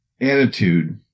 attitude